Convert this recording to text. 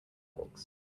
walks